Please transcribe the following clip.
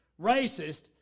racist